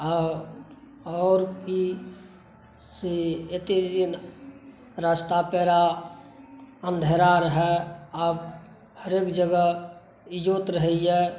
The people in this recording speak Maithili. आओर आओर की से एते दिन रास्ता पैरा अन्धेरा रहै आब हरेक जगह इजोत रहैए